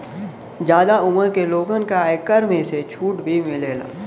जादा उमर के लोगन के आयकर में से छुट भी मिलला